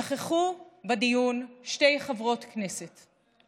נכחו בדיון שתי חברות כנסת.